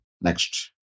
Next